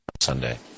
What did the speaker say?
Sunday